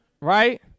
right